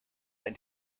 ein